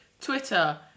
Twitter